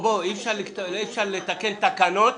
אי אפשר לתקן תקנות